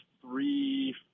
three